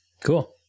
Cool